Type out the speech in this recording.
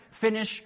finish